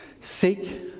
Seek